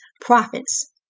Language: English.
Prophets